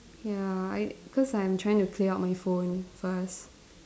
ya I cause I'm trying to clear out my phone first